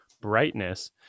brightness